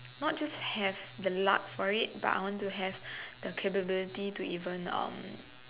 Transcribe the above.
not just have the luck for it but I want to have the capability to even um